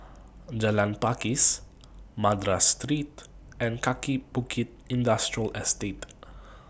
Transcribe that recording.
Jalan Pakis Madras Street and Kaki Bukit Industrial Estate